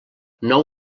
nou